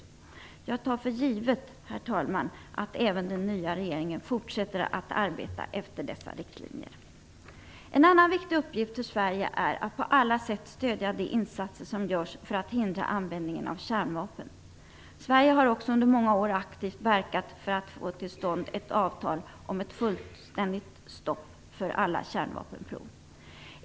Jag tar för givet, herr talman, att även den nya regeringen fortsätter att arbeta efter dessa riktlinjer. En annan viktig uppgift för Sverige är att på alla sätt stödja de insatser som görs för att hindra användningen av kärnvapen. Sverige har också under många år aktivt verkat för att få till stånd ett avtal om ett fullständigt stopp för alla kärnvapenprov.